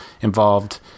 involved